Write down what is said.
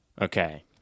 okay